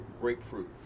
grapefruit